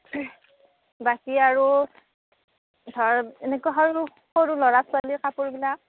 বাকী আৰু ধৰ এনেকুৱা সৰু সৰু ল'ৰা ছোৱালীৰ কাপোৰ বিলাক